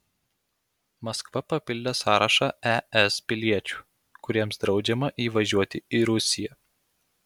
maskva papildė sąrašą es piliečių kuriems draudžiama įvažiuoti į rusiją